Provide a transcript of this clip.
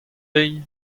deiz